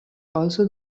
also